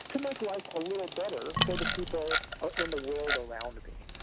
to make life a little better for the people in the world around me,